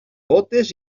bótes